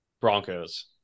Broncos